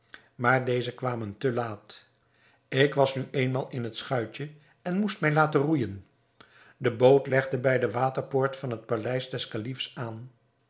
maar deze kwamen te laat ik was nu eenmaal in het schuitje en moest mij laten roeijen de boot legde bij de waterpoort van het paleis des kalifs aan